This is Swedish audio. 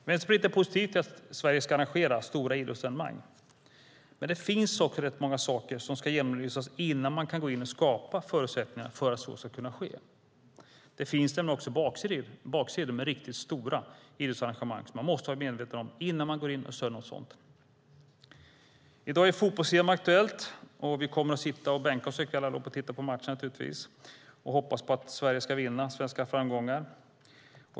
Vänsterpartiet är positivt till att Sverige ska arrangera stora idrottsevenemang, men det finns också rätt många saker som ska genomlysas innan man kan gå in och skapa förutsättningarna för att så ska kunna ske. Det finns nämligen också baksidor med riktigt stora idrottsarrangemang som man måste vara medveten om innan man går in och stöder något sådant. I dag är fotbolls-EM aktuellt. Vi kommer naturligtvis allihop att bänka oss i kväll för att titta på matchen och hoppas på att Sverige ska vinna svenska framgångar.